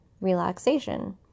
relaxation